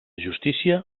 justícia